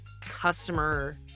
customer